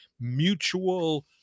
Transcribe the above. Mutual